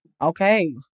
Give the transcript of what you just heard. Okay